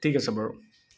ঠিক আছে বাৰু